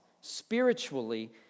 spiritually